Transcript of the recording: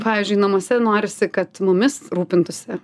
pavyzdžiui namuose norisi kad mumis rūpintųsi